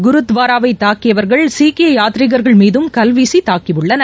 குருத்வாராவை தாக்கியவர்கள் சீக்கிய யாத்ரீகர்கள் மீதும் கல்வீசி தாக்கியுள்ளனர்